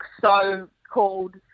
so-called